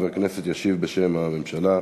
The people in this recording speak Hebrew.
ישיב בשם הממשלה.